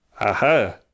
Aha